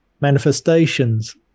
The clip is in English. manifestations